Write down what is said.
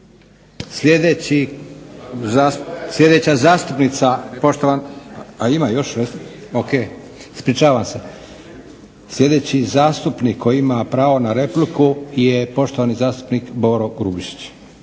Sljedeći zastupnik koji ima pravo na repliku je poštovani zastupnik Boro Grubišić.